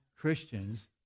Christians